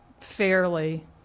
Fairly